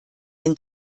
den